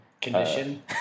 condition